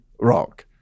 rock